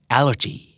Allergy